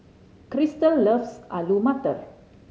Crystal loves Alu Matar